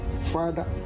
Father